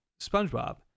SpongeBob